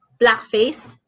blackface